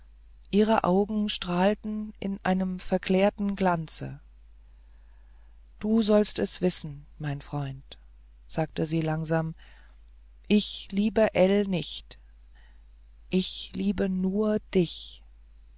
ihre augen strahlten in einem verklärten glanze du sollst es wissen mein freund sagte sie langsam ich liebe ell nicht ich liebe nur dich